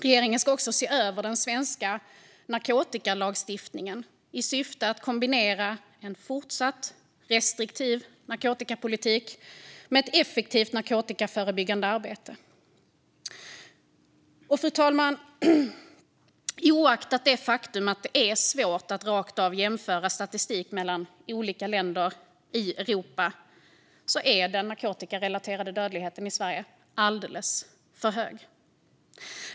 Regeringen ska också se över den svenska narkotikalagstiftningen i syfte att kombinera en fortsatt restriktiv narkotikapolitik med ett effektivt narkotikaförebyggande arbete. Fru talman! Oaktat det faktum att det är svårt att rakt av jämföra statistik mellan olika länder i Europa är den narkotikarelaterade dödligheten i Sverige alldeles för hög.